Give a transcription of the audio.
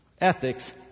Ethics